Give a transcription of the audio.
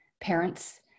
parents